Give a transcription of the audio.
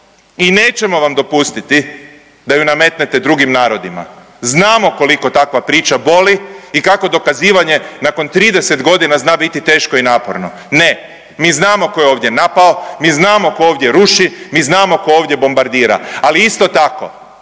i nećemo vam dopustiti da ju nametnete drugim narodima. Znamo koliko takva priča boli i kakvo dokazivanja nakon 30 godina zna biti teško i naporno. Ne, mi znamo tko je ovdje napao, mi znamo tko ovdje ruši, mi znamo tko ovdje bombardira, ali isto tako